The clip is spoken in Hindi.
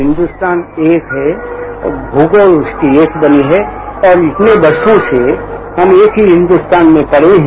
हिन्दुस्तान एक है और भूगोल उसकी एक कड़ी है और इतने वर्षों से हम एक ही हिन्दुस्तान में पढ़े हैं